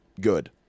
good